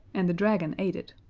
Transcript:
and the dragon ate it,